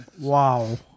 Wow